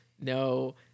No